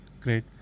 great